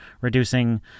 reducing